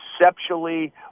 conceptually